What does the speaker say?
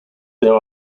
there